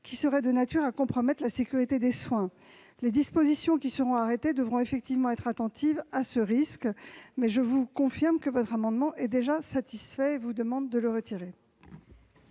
qui seraient de nature à compromettre la sécurité des soins. Les dispositions qui seront arrêtées devront effectivement prendre en compte ce risque, mais je vous confirme que cet amendement est déjà satisfait. C'est pourquoi j'en demande le retrait.